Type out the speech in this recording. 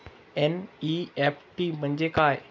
NEFT म्हणजे काय?